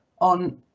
on